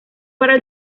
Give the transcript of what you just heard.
para